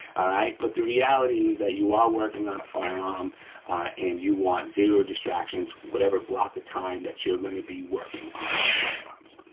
right? but the reality is that you are working on a firearm and you want zero distractions whatever block of time that you're gonna be working on those firearms.